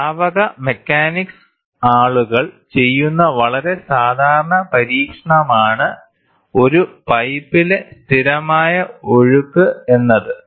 ദ്രാവക മെക്കാനിക്സ് ആളുകൾ ചെയ്യുന്ന വളരെ സാധാരണ പരീക്ഷണമാണ് ഒരു പൈപ്പിലെ സ്ഥിരമായ ഒഴുക്ക് എന്നത്